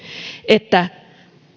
että